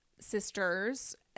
sisters